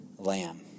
lamb